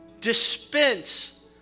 dispense